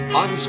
on